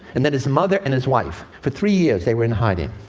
and then his mother and his wife. for three years, they were in hiding.